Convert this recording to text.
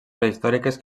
prehistòriques